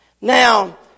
Now